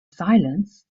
silence